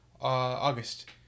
August